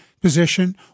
position